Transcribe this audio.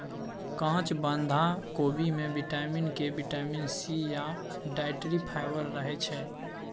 काँच बंधा कोबी मे बिटामिन के, बिटामिन सी या डाइट्री फाइबर रहय छै